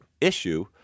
issue –